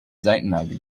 seitenlage